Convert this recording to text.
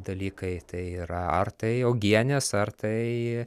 dalykai tai yra ar tai uogienės ar tai